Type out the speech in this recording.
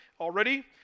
already